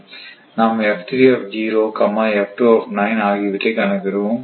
நாம் ஆகியவற்றை கணக்கிடுவோம்